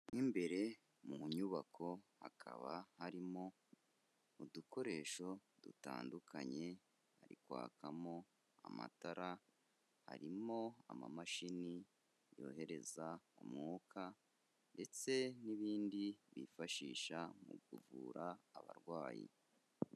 Mo imbere mu nyubako, hakaba harimo udukoresho dutandukanye, hari kwakamo amatara, harimo amamashini yohereza umwuka ndetse n'ibindi bifashisha mu kuvura abarwayi.